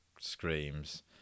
screams